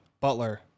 Butler